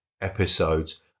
episodes